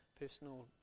personal